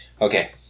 Okay